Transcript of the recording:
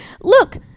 Look